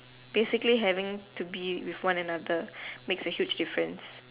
basically having to be with one another makes a huge difference